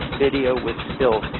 video with stills